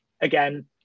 again